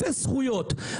אפס זכויות.